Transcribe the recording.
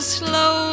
slow